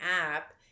app